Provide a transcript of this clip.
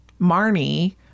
Marnie